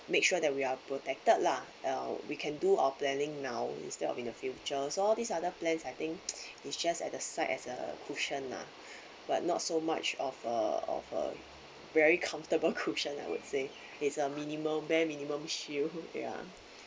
make sure that we are protected lah uh we can do or planning now instead of in the future so all these other plans I think is just at the side as a cushion lah but not so much of a of a very comfortable cushion I would say is a minimal bare minimum shield ya